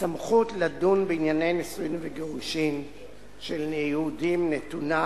הסמכות לדון בענייני נישואים וגירושים של יהודים נתונה